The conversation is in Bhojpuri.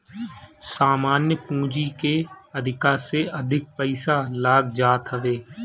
सामान्य पूंजी के अधिका से अधिक पईसा लाग जात हवे